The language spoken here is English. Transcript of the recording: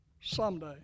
someday